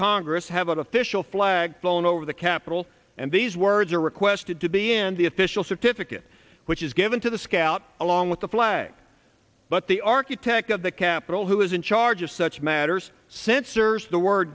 congress have official flag flown over the capitol and these words are requested to be and the official certificate which is given to the scout along with the flag but the architect of the capitol who is in charge of such matters censors the word